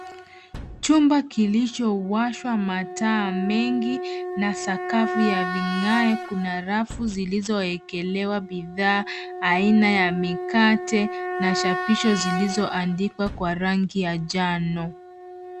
Chumba kilichowashwa mataa mengi na sakafu ya vigae. Kuna rafu zilizoekelewa bidhaa aina ya mikate na chapisho zilizoandikwa kwa rangi ya njano.